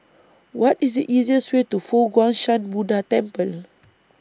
What IS The easiest Way to Fo Guang Shan Buddha Temple